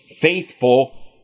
faithful